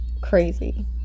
crazy